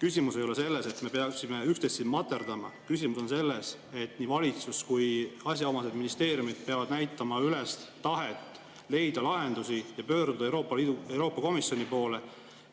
Küsimus ei ole selles, et me peaksime üksteist materdama. Küsimus on selles, et nii valitsus kui ka asjaomased ministeeriumid peavad näitama üles tahet leida lahendusi ning pöörduma Euroopa Komisjoni poole